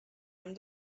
amb